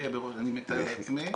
אני מתאר לעצמי,